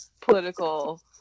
political